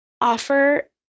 offer